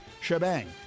shebang